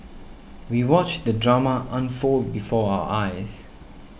we watched the drama unfold before our eyes